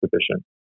sufficient